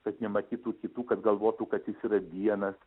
kad nematytų kitų kad galvotų kad jis yra vienas